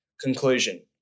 Conclusion